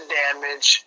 damage